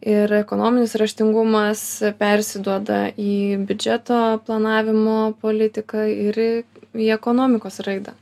ir ekonominis raštingumas persiduoda į biudžeto planavimo politiką ir į į ekonomikos raidą